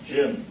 Jim